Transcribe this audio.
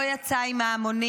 לא יצא עם ההמונים.